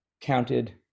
counted